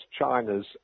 China's